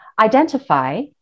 identify